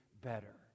better